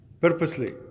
Purposely